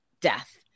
death